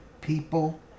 people